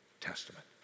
Testament